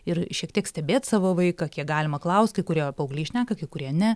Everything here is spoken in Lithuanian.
ir šiek tiek stebėt savo vaiką kiek galima klaust kai kurie paaugliai šneka kai kurie ne